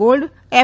gold F